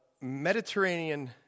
Mediterranean